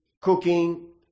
cooking